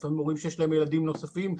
לפעמים הורים שיש להם ילדים נוספים.